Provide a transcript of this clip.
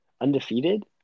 Undefeated